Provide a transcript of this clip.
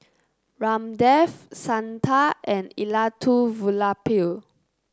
Ramdev Santha and Elattuvalapil